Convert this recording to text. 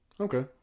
Okay